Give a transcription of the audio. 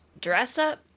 dress-up